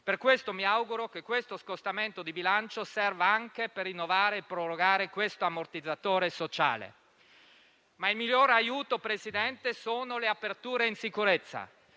Per questo mi auguro che questo scostamento di bilancio serva anche per rinnovare e prorogare questo ammortizzatore sociale. Il migliore aiuto però, signor Presidente, sono le aperture in sicurezza.